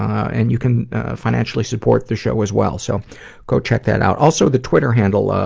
and you can financially support the show as well, so go check that out. also, the twitter handle, ah,